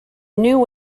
new